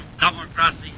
double-crossing